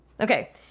Okay